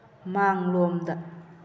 ꯃꯥꯡꯂꯣꯝꯗ